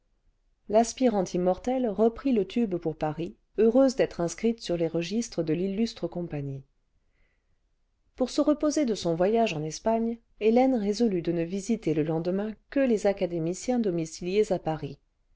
l'aspirante immortelle reprit le tube pour paris heureuse d'être inscrite sur les registres de l'illustre compagnie pour se reposer de son voyage en espagne hélène résolut de ne visiter le lendemain que les académiciens domiciliés à paris